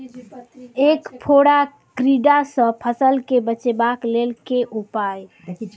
ऐंख फोड़ा टिड्डा सँ फसल केँ बचेबाक लेल केँ उपाय?